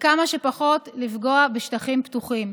וכמה שפחות לפגוע בשטחים פתוחים.